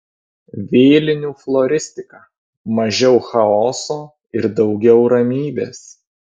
vėlinių floristika mažiau chaoso ir daugiau ramybės